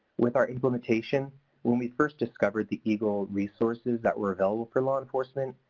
with our implementation when we first discovered the eagle resources that were available for law enforcement,